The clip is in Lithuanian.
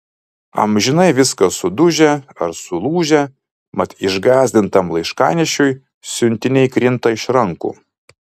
amžinai viskas sudužę ar sulūžę mat išgąsdintam laiškanešiui siuntiniai krinta iš rankų